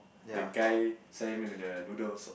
the guy selling the the noodles